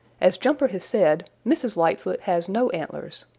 as jumper has said, mrs. lightfoot has no antlers.